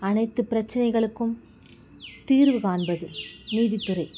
அனைத்து பிரச்சனைகளுக்கும் தீர்வு காண்பது நீதித்துறை